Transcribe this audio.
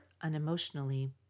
unemotionally